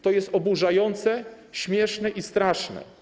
To jest oburzające, śmieszne i straszne.